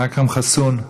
אכרם חסון,